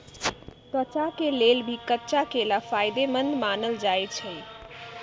त्वचा के लेल भी कच्चा केला फायेदेमंद मानल जाई छई